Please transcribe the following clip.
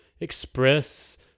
Express